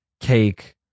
cake